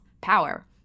power